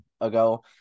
ago